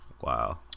Wow